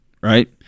Right